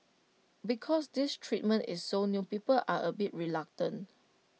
because this treatment is so new people are A bit reluctant